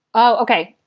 oh ok.